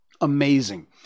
amazing